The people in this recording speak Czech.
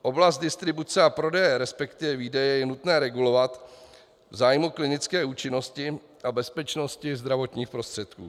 Oblast distribuce a prodeje, respektive výdeje, je nutné regulovat v zájmu klinické účinnosti a bezpečnosti zdravotních prostředků.